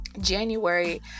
January